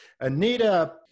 Anita